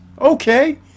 Okay